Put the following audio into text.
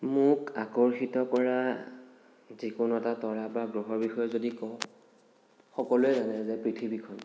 মোক আকৰ্ষিত কৰা যিকোনো এটা তৰা বা গ্ৰহৰ বিষয়ে যদি কও সকলোৱে জানে যে পৃথিৱীখন